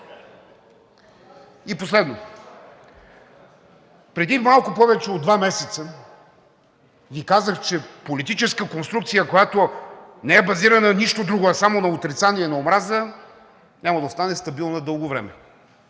И последно. Преди малко повече от два месеца Ви казах, че политическа конструкция, която не е базирана на нищо друго, а само на отрицание, на омраза, няма да остане стабилна дълго време